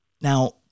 Now